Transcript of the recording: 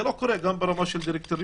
זה לא קורה גם ברמה של דירקטוריונים.